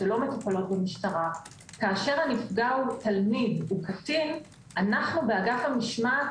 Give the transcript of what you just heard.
כאשר הנפגע הוא תלמיד או קטין אנו באגף המשמעת